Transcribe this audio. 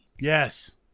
Yes